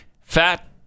fat